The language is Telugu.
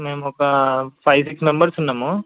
మేము ఒక ఫై సిక్స్ మెంబర్స్ ఉన్నాము